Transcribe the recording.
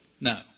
No